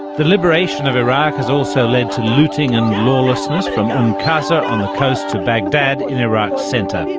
the liberation of iraq has also led to looting and lawlessness from umm qasr on the coast to baghdad in iraq's centre.